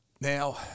Now